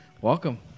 Welcome